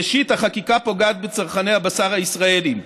ראשית, החקיקה פוגעת בצרכני הבשר הישראלים.